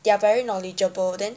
they are very knowledgeable then